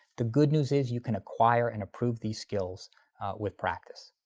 the good news is you can acquire and improve these skills with practice.